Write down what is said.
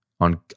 on